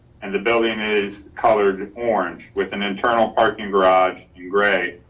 and the building is colored orange with an internal parking garage in gray.